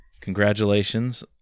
Congratulations